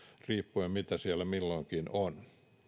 riippuen siitä mitä siellä milloinkin on